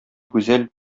гүзәл